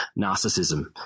narcissism